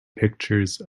pictures